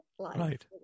right